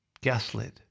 Gaslit